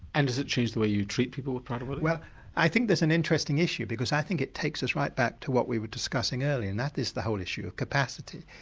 and has it changed the way you treat people with prader willi? well i think there's an interesting issue because i think it takes us right back to what we were discussing earlier and that is the whole issue capacity.